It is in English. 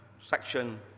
section